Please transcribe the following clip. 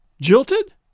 Jilted